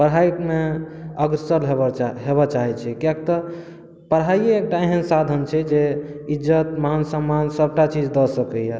पढ़ाइ मे अग्रसर होमय चाहै छै किआकि तऽ पढ़ाइए एकटा एहन साधन छै जे इज्जत मान सम्मान सभटा चीज दऽ सकैया